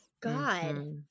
God